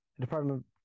department